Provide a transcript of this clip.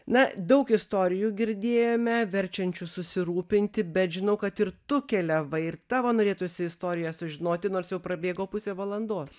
na daug istorijų girdėjome verčiančius susirūpinti bet žinau kad ir tu keliavai ir tavo norėtųsi istoriją sužinoti nors jau prabėgo pusė valandos